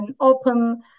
open